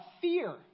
fear